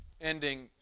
ending